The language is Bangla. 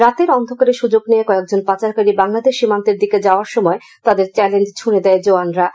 রাতের অন্ধকারের সুযোগ নিয়ে কয়েকজন পাচারকারী বাংলাদেশ সীমান্তের দিকে যাওয়ার সময়ে তাদের চ্যালেঞ্জ ছুঁড়ে দেয় জওয়ানেরা